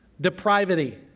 depravity